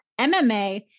MMA